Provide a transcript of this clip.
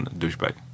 douchebag